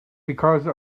because